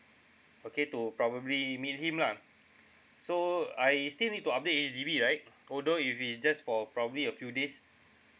okay to probably meet him lah so I still need to update H_D_B right although if it's just for probably a few days